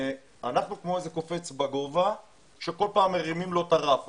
אנחנו כמו איזה קופץ לגובה שכל פעם מרימים לו את הרף,